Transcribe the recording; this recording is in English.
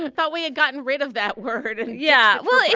and thought we had gotten rid of that word and yeah, well,